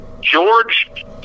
George